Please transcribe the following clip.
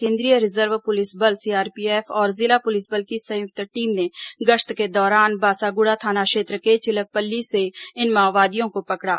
केंद्रीय reserve police बल CRPF और जिला पुलिस बल की संयुक्त टीम ने गश्त के दौरान बासागुड़ा थाना क्षेत्र के चिलकपल्ली से इन माओवादियों को पकड़ा